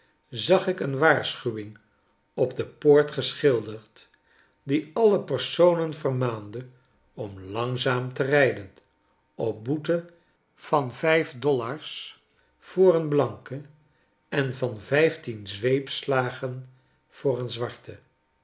zag ik een waarschuwing op de poort geschilderd die alle personen vermaande om langzaam te rijden op boete van vijf dollars voor een blanke en van vijftien zweepslagen voor een zwarte